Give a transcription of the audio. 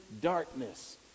darkness